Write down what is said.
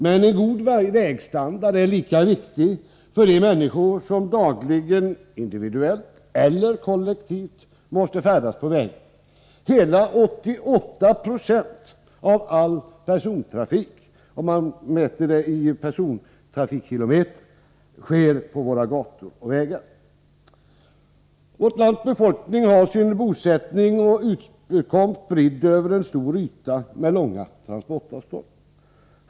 Men en god vägstandard är lika viktig för de människor som dagligen — individuellt eller kollektivt — måste färdas på vägarna. Hela 88 2 av all persontrafik, om man mäter i persontrafikkilometer, sker på våra gator och vägar. Vårt lands befolkning har sin bosättning och utkomst spridd över en stor yta, med långa transportavstånd.